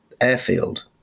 airfield